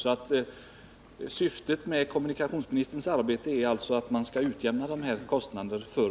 Syftet med kommunikationsministerns arbete är alltså att man skall utjämna dessa kostnader?